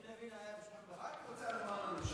מה את רוצה לומר לנו,